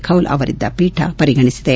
ಖೌಲ್ ಅವರಿದ್ದ ಪೀಠ ಪರಿಗಣಿಸಿದೆ